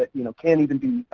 ah you know, can't even be,